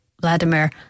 Vladimir